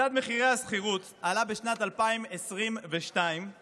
מדד מחירי השכירות עלה בשנת 2022 ב-6.3,